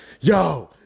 yo